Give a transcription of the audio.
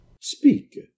Speak